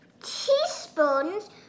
teaspoons